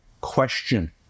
question